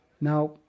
Now